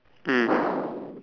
mm